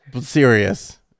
serious